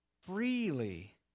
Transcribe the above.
freely